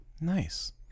Nice